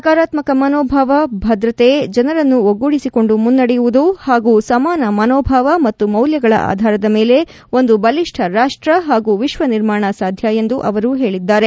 ಸಕಾರಾತ್ವಕ ಮನೋಭಾವ ಭದ್ರತೆ ಜನರನ್ನು ಒಗ್ಗೂಡಿಸಿಕೊಂಡು ಮುನ್ನಡೆಯುವುದು ಹಾಗೂ ಸಮಾನ ಮನೋಭಾವ ಮತ್ತು ಮೌಲ್ಲಗಳ ಆಧಾರದ ಮೇಲೆ ಒಂದು ಬಲಿಷ್ಟ ರಾಷ್ಟ ಹಾಗೂ ವಿಶ್ವದ ನಿರ್ಮಾಣ ಸಾಧ್ಯವೆಂದು ಅವರು ಹೇಳಿದ್ದಾರೆ